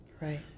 Right